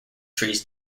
trees